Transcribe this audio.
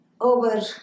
over